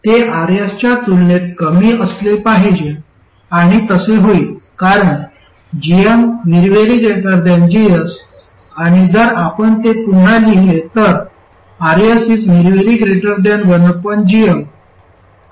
ते Rs च्या तुलनेत कमी असले पाहिजे आणि तसे होईल कारण gm GS आणि जर आपण ते पुन्हा लिहीले तर Rs 1gm